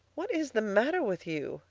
what is the matter with you?